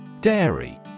Dairy